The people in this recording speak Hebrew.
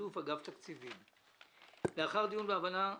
בשיתוף אגף התקציבים לאחר דיון והבנה כי